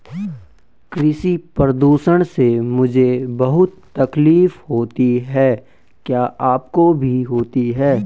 कृषि प्रदूषण से मुझे बहुत तकलीफ होती है क्या आपको भी होती है